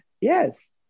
Yes